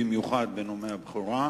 במיוחד בנאומי הבכורה,